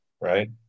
right